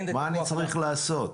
מה צריך לעשות.